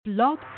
Blog